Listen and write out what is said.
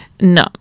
No